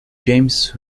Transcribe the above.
james